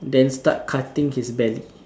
then start cutting his belly